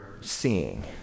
seeing